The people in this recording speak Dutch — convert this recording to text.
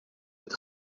dit